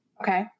Okay